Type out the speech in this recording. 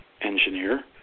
engineer